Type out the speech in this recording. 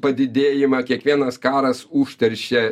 padidėjimą kiekvienas karas užteršia